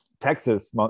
Texas